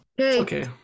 Okay